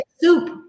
soup